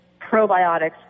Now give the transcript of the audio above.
probiotics